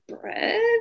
bread